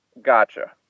Gotcha